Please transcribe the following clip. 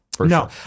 No